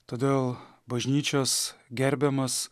todėl bažnyčios gerbiamas